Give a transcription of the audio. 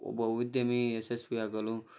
ಒಬ್ಬ ಉದ್ಯಮಿ ಯಸಶ್ವಿ ಆಗಲು